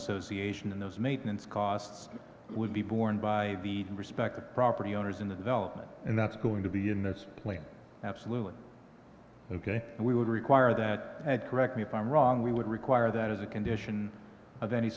association in those maintenance costs would be borne by the respective property owners in the development and that's going to be in this plan absolutely ok we would require that ad correct me if i'm wrong we would require that as a condition of any